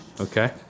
Okay